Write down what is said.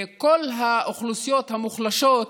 כל האוכלוסיות המוחלשות